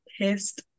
pissed